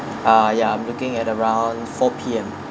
ah yeah I'm looking at around four P_M